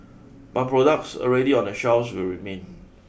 but products already on the shelves will remain